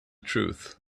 truth